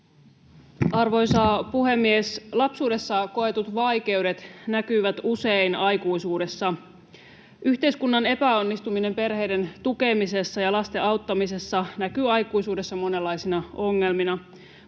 Arvoisa puhemies! Lapsuudessa koetut vaikeudet näkyvät usein aikuisuudessa. Yhteiskunnan epäonnistuminen perheiden tukemisessa ja lasten auttamisessa näkyy aikuisuudessa monenlaisina ongelmina.